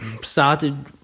started